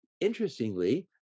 interestingly